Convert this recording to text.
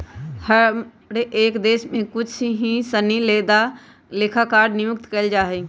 हर एक देश में कुछ ही सनदी लेखाकार नियुक्त कइल जा हई